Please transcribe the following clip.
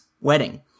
wedding